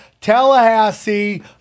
Tallahassee